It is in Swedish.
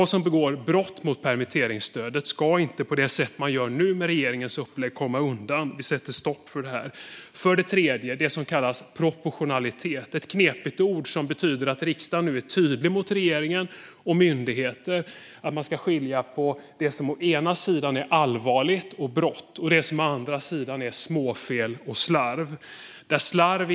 De som begår brott mot permitteringsstödet ska inte komma undan på det sätt man nu gör med regeringens upplägg. Vi sätter stopp för det. För det tredje: Vi vill ha det som kallas proportionalitet, ett knepigt ord som betyder att riksdagen nu är tydlig mot regeringen och myndigheterna med att de ska skilja på det som är allvarligt och brott å ena sidan och det som är småfel och slarv å andra sidan.